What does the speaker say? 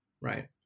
right